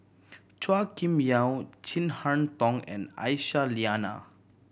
Chua Kim Yeow Chin Harn Tong and Aisyah Lyana